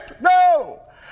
no